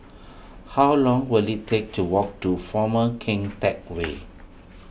how long will it take to walk to former Keng Teck Whay